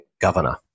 governor